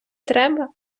треба